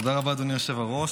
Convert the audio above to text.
תודה רבה, אדוני היושב-ראש.